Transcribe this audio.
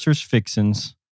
Fixins